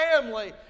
family